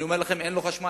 אני אומר לכם: אין לו חשמל.